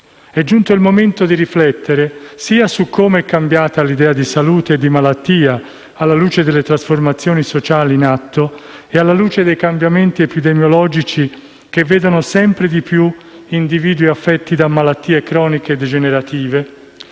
È giunto il momento di riflettere su com'è cambiata l'idea di salute e di malattia, alla luce delle trasformazioni sociali in atto e dei cambiamenti epidemiologici, che vedono sempre più individui affetti da malattie croniche degenerative,